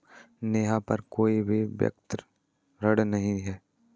नेहा पर कोई भी व्यक्तिक ऋण नहीं है